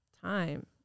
time